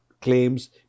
claims